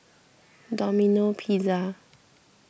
Domino Pizza